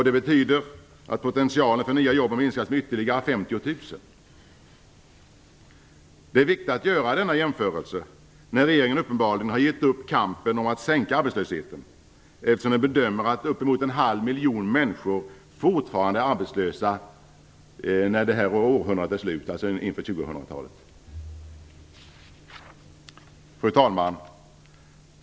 Det betyder att potentialen för nya jobb har minskats med ytterligare Det är viktigt att göra denna jämförelse när regeringen uppenbarligen har gett upp kampen om att sänka arbetslösheten, eftersom den bedömer att uppemot en halv miljon människor fortfarande är arbetslösa när detta århundrade är slut, dvs. inför 2000-talet. Fru talman!